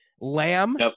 Lamb